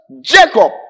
Jacob